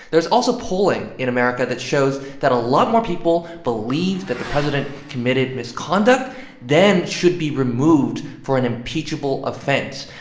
there's also polling in america that shows that a lot more people believe that the president committed misconduct than should be removed for an impeachable offense.